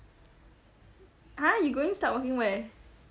!huh! you going start working where